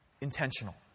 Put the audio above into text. intentional